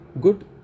good